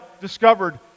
discovered